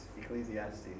Ecclesiastes